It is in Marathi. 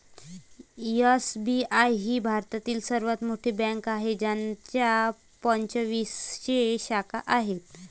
एस.बी.आय ही भारतातील सर्वात मोठी बँक आहे ज्याच्या पंचवीसशे शाखा आहेत